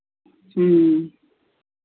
ह्म्म